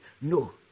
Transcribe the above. No